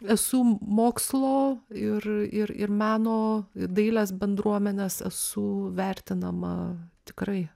esu mokslo ir ir ir meno ir dailės bendruomenės esu vertinama tikrai